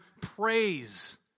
praise